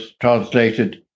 translated